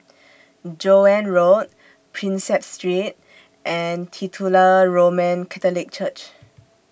Joan Road Prinsep Street and Titular Roman Catholic Church